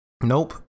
Nope